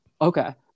Okay